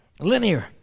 linear